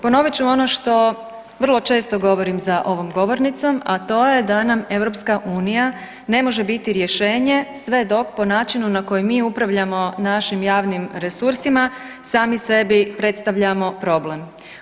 Ponovit ću ono što vrlo često govorim za ovom govornicom a to je da nam EU ne može biti rješenje sve dok po načinu na koji mi upravljamo našim javnim resursima, sami sebi predstavljamo problem.